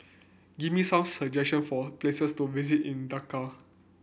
give me some suggestion for places to visit in Dakar